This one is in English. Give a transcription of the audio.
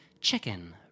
chicken